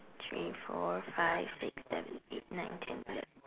three four five six seven eight nine ten eleven